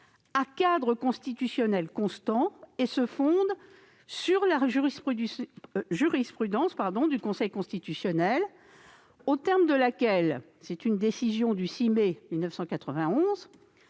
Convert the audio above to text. à cadre constitutionnel constant et se fonde sur la jurisprudence du Conseil constitutionnel, plus précisément la décision du 6 mai 1991,